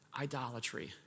idolatry